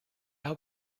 our